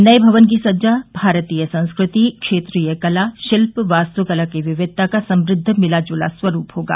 नए भवन की सज्जा भारतीय संस्कृति क्षेत्रीय कला शिल्प वास्तुकला की विविधता का समृद्ध मिलाजुला स्वरूप होगा